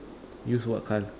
use what colour